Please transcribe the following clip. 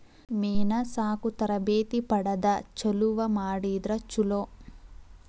ಮೇನಾ ಸಾಕು ತರಬೇತಿ ಪಡದ ಚಲುವ ಮಾಡಿದ್ರ ಚುಲೊ